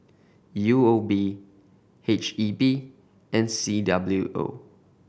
U O B H E B and C W O